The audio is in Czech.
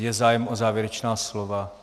Je zájem o závěrečná slova?